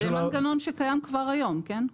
זה מנגנון שקיים כבר היום, כן?